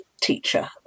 teacher